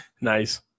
Nice